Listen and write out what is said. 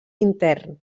intern